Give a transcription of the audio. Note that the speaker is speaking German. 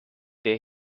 der